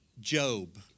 Job